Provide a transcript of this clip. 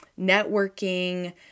networking